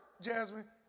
Jasmine